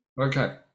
Okay